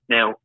Now